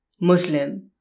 Muslim